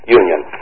union